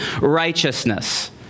righteousness